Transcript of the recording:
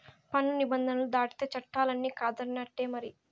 పన్ను నిబంధనలు దాటితే చట్టాలన్ని కాదన్నట్టే మరి